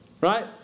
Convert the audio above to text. Right